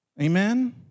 Amen